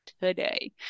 today